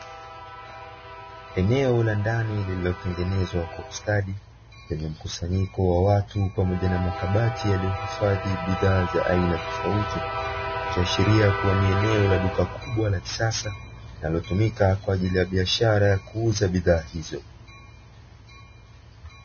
Eneo la ndani lililotengenezwa kwa ustadi jaji mkusanyiko wa watu pamoja na makabati yaliyohifadhi bidhaa za aina tofauti, ikiashiria kuwa ni eneo la duka kubwa la kisasa linalotumika kwa ajili ya biashara ya kuuza bidhaa hizo.